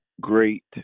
great